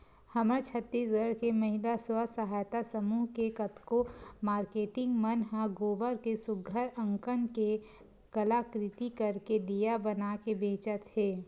हमर छत्तीसगढ़ के महिला स्व सहयता समूह के कतको मारकेटिंग मन ह गोबर के सुग्घर अंकन ले कलाकृति करके दिया बनाके बेंचत हे